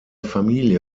familie